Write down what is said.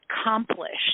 accomplished